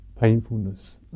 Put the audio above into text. painfulness